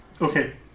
Okay